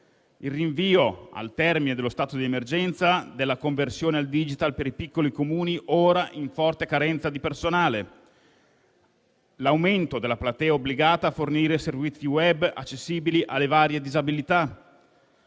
il rinvio al termine dello stato di emergenza della conversione al digitale per i piccoli Comuni ora in forte carenza di personale; l'aumento della platea obbligata a fornire servizi *web* accessibili alle varie disabilità;